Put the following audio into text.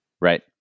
right